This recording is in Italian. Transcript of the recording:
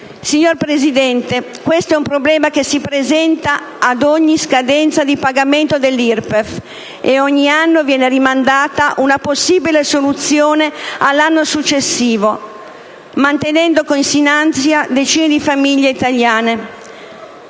Signor Presidente, questo è un problema che si presenta ad ogni scadenza di pagamento dell'IRPEF, e ogni anno viene rimandata una possibile soluzione all'anno successivo, mantenendo così in ansia decine di famiglie italiane.